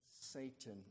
Satan